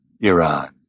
Iran